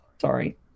Sorry